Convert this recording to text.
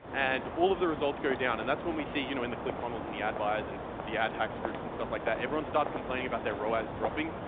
and all of the results go down. and that's when we see you know in the clickfunnels, in the adbuyers, and the adhacks groups and stuff like that, everyone starts complaining about their ah raos dropping,